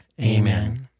Amen